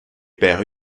perd